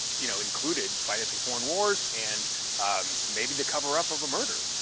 you know, included financing foreign wars and maybe the cover-up of a murder.